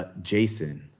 ah jason,